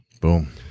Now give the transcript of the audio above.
Boom